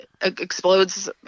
explodes